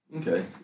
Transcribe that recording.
Okay